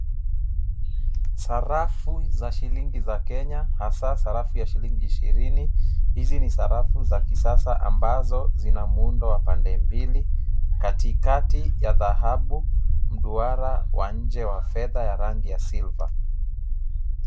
Sarafu za shilingi za Kenya, hasa sarafu ya shilingi ishirini. Hizi ni za sarafu za kisasa ambazo zina muundo wa pande mbili. Katikati ya dhahabu mduara wa nje wa fedha ya rangi ya silver .